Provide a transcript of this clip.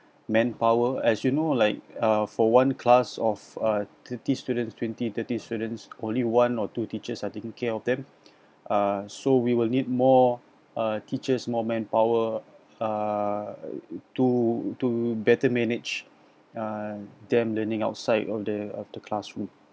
manpower as you know like uh for one class of a thirty students twenty thirty students only one or two teachers are taking care of them uh so we will need more uh teachers more manpower uh to to better manage uh them learning outside of the of the classroom